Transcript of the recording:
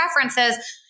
preferences